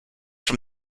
from